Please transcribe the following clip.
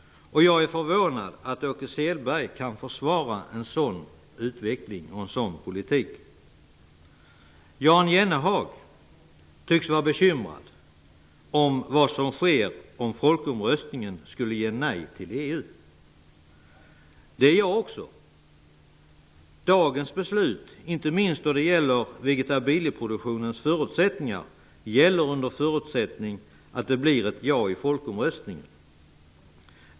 Jag är förvånad över att Åke Selberg kan försvara en sådan utveckling och en sådan politik. Jan Jennehag tycks vara bekymrad för vad som sker om folkomröstningen skulle innebära ett nej till EU. Det är jag också. Dagens beslut, inte minst när det gäller vegetabilieproduktionens förutsättningar, gäller under förutsättning att det blir ett ja i folkomröstningen.